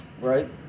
Right